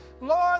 Lord